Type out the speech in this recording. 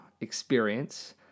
experience